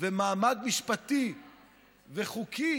ומעמד משפטי וחוקי